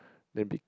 they beat